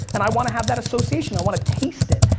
and i wanna have that association. i wanna taste it.